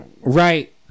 right